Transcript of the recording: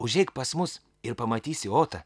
užeik pas mus ir pamatysi otą